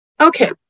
Okay